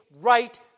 right